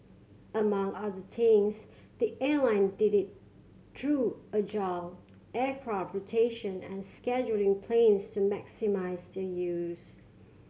among other things the airline did it through agile aircraft rotation and scheduling planes to maximise their use